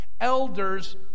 Elders